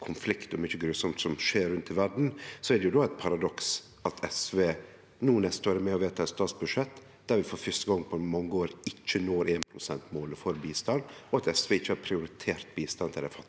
er mykje grusomt som skjer rundt i verda, så er det jo eit paradoks at SV no er med på å vedta eit statsbudsjett der vi for fyrste gong på mange år ikkje når 1-prosentmålet for bistand, og at SV ikkje har prioritert bistand til dei fattigaste